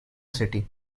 city